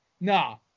no